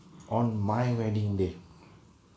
on my wedding day